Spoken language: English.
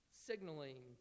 Signaling